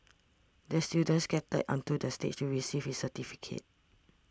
the student skated onto the stage to receive his certificate